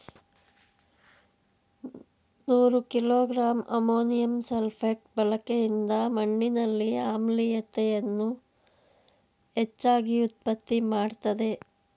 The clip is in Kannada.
ನೂರು ಕಿಲೋ ಗ್ರಾಂ ಅಮೋನಿಯಂ ಸಲ್ಫೇಟ್ ಬಳಕೆಯಿಂದ ಮಣ್ಣಿನಲ್ಲಿ ಆಮ್ಲೀಯತೆಯನ್ನು ಹೆಚ್ಚಾಗಿ ಉತ್ಪತ್ತಿ ಮಾಡ್ತದೇ